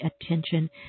attention